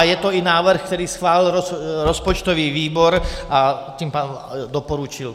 Je to i návrh, který schválil rozpočtový výbor, tím pádem doporučil.